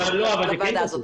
אבל זה כן חשוב.